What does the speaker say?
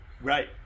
right